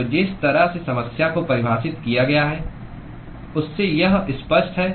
तो जिस तरह से समस्या को परिभाषित किया गया है उससे यह स्पष्ट है